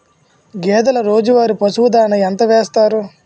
గేదెల రోజువారి పశువు దాణాఎంత వేస్తారు?